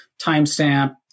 timestamp